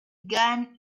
gun